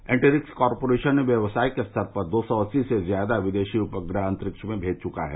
Antrix corporation व्यवसायिक स्तर पर दो सौ अस्सी से ज्यादा विदेशी उपग्रह अन्तरिक्ष में भेज चुका है